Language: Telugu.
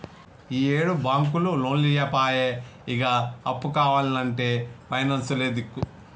ఈయేడు బాంకులు లోన్లియ్యపాయె, ఇగ అప్పు కావాల్నంటే పైనాన్సులే దిక్కు